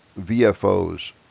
VFOs